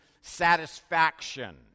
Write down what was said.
satisfaction